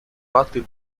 hotly